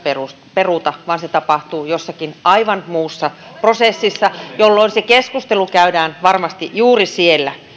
peruta vaan se tapahtuu jossakin aivan muussa prosessissa jolloin se keskustelu käydään varmasti juuri siellä